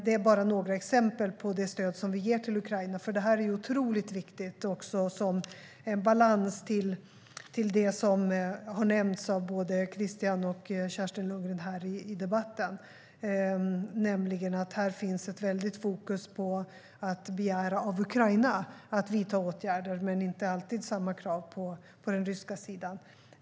Det är bara några exempel på det stöd vi ger till Ukraina. Detta är otroligt viktigt också som balans till det som har nämnts av både Christian och Kerstin Lundgren här i debatten, nämligen att det finns ett väldigt fokus på att begära att Ukraina vidtar åtgärder medan det inte alltid finns samma krav på den ryska sidan.